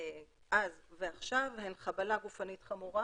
אז ועכשיו הן: חבלה גופנית חמורה